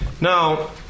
Now